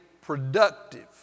productive